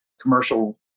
commercial